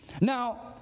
Now